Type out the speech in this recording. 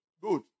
good